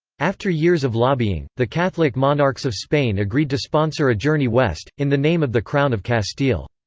after years of lobbying, the catholic monarchs of spain agreed to sponsor a journey west, in the name of the crown of castile.